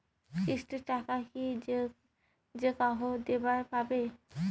কিস্তির টাকা কি যেকাহো দিবার পাবে?